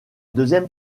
deuxième